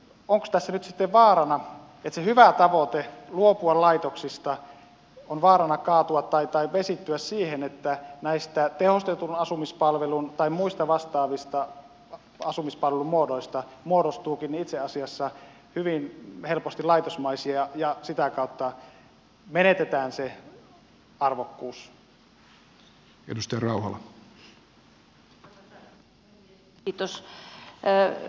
onko tässä nyt sitten vaarana että se hyvä tavoite luopua laitoksista on vaarana kaatua tai vesittyä siihen että näistä tehostetun asumispalvelun tai muista vastaavista asumispalvelun muodoista muodostuukin itse asiassa hyvin helposti laitosmaisia ja sitä kautta menetetään se arvokkuus